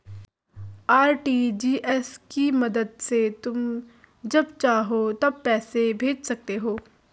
RTGS की मदद से तुम जब चाहो तब पैसे भेज सकते हो